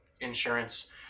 insurance